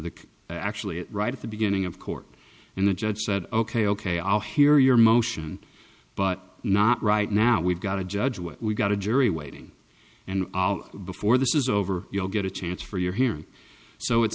the actually it right at the beginning of court in the judge said ok ok i'll hear your motion but not right now we've got a judge where we've got a jury waiting and before this is over you'll get a chance for your hearing so it's